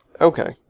okay